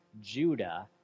Judah